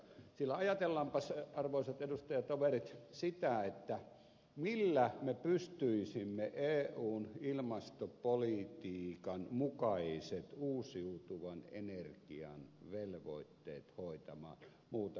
sillä ajatellaanpas arvoisat edustajatoverit sitä millä me pystyisimme eun ilmastopolitiikan mukaiset uusiutuvan energian velvoitteet hoitamaan muuten kuin maaseudulla